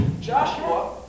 Joshua